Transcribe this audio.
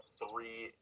three